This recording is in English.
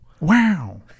Wow